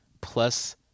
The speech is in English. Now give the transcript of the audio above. plus